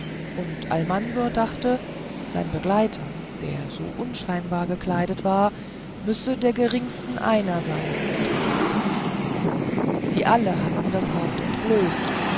und almansor dachte sein begleiter der so unscheinbar gekleidet war müsse der geringsten einer sein unter diesen sie hatten alle das haupt entblößt